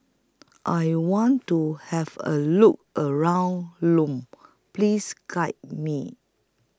I want to Have A Look around Lome Please Guide Me